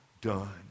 done